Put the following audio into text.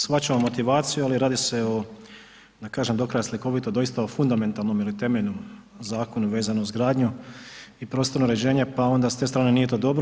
Shvaćamo motivaciju, ali radi se o da kažem do kraja slikovito doista o fundamentalnom ili temeljnom zakonu vezano uz gradnju i prostorno uređenje, pa onda s te strane nije to dobro.